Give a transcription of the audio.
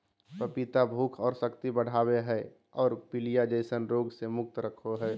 पपीता भूख और शक्ति बढ़ाबो हइ और पीलिया जैसन रोग से मुक्त रखो हइ